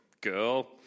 girl